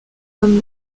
from